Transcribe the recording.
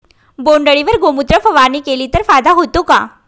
बोंडअळीवर गोमूत्र फवारणी केली तर फायदा होतो का?